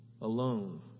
alone